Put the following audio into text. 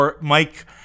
Mike